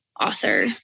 author